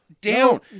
down